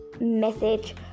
message